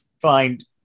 find